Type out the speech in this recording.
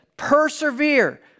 persevere